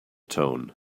tone